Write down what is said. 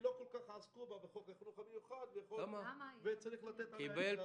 שלא כל כך עסקו בה בחוק החינוך המיוחד וצריך לתת עליה את הדעת.